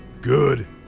Good